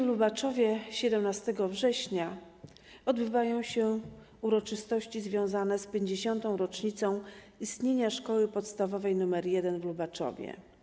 W Lubaczowie 17 września odbywają się uroczystości związane z 50. rocznicą istnienia Szkoły Podstawowej nr 1 w Lubaczowie.